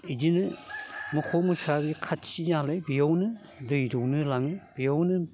इदिनो मोखौ मोसा खाथिनालाय बेयावनो दै दौनो लाङो बेयावनो